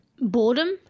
boredom